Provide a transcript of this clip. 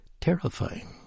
terrifying